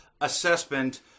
assessment